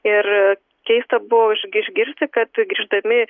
ir keista buvo išgir išgirsti kad grįždami